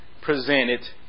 presented